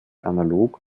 analog